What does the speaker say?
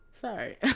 Sorry